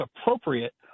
appropriate